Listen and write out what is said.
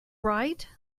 right